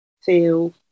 feel